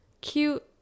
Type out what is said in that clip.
cute